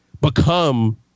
become